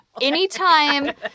anytime